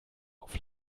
auf